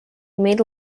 made